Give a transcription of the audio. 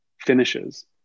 finishes